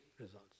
results